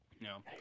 No